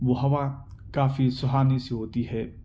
وہ ہوا کافی سہانی سی ہوتی ہے